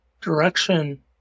direction